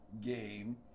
game